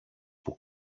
που